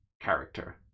character